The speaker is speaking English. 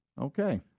Okay